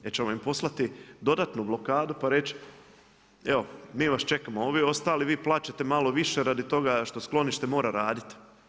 Jel ćemo im poslati dodatnu blokadu i reći evo mi vas čekamo, a ovi ostali vi plaćate malo više radi toga što sklonište mora raditi.